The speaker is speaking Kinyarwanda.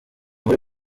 muri